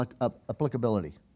applicability